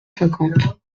cinquante